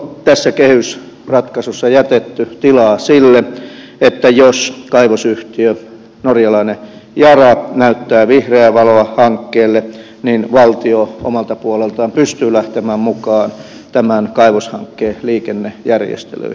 onko tässä kehysratkaisussa jätetty tilaa sille että jos kaivosyhtiö norjalainen yara näyttää vihreää valoa hankkeelle niin valtio omalta puoleltaan pystyy lähtemään mukaan tämän kaivoshankkeen liikennejärjestelyihin